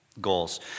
goals